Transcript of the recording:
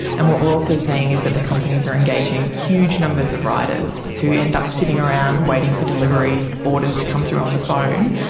and what we are also seeing is that the companies are engaging huge numbers of riders who end up sitting around waiting for delivery orders to come through on the phone.